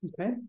okay